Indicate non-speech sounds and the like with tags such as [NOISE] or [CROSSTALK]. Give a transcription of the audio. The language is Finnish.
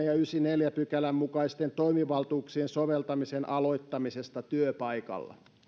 [UNINTELLIGIBLE] ja yhdeksännenkymmenennenneljännen pykälän mukaisten toimivaltuuksien soveltamisen aloittamisesta työpaikalla